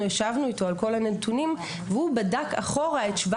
ישבנו איתו על כל הנתונים והוא בדק את 17',